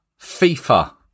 FIFA